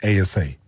ASA